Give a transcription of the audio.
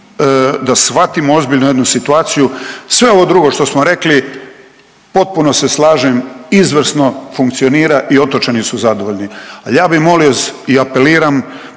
da shvatimo ozbiljno jednu situaciju, sve ovo drugo što smo rekli potpuno se slažem izvrsno funkcionira i otočani su zadovoljni, ali ja bi molio i apeliram